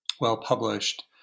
well-published